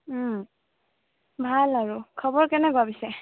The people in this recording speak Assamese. ভাল আৰু খবৰ কেনেকুৱা পিছে